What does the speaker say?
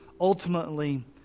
ultimately